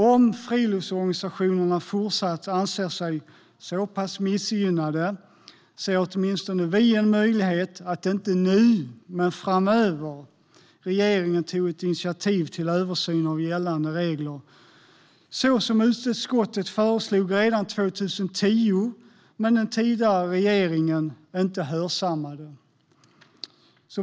Om friluftsorganisationerna fortsatt anser sig så pass missgynnade ser åtminstone vi en möjlighet att regeringen, inte nu men framöver, tar ett initiativ till översyn av gällande regler. Det var något som utskottet föreslog redan 2010 men som den tidigare regeringen inte hörsammade.